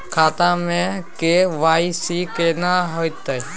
खाता में के.वाई.सी केना होतै?